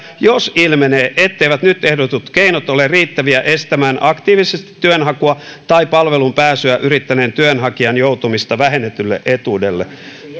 jos ilmenee etteivät nyt ehdotettavat keinot ole riittäviä estämään aktiivisesti työnhakua tai palveluun pääsyä yrittäneen työnhakijan joutumista vähennetylle etuudelle